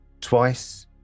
twice